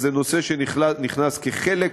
אז זה נושא שנכנס כחלק